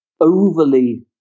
overly